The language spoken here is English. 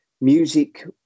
music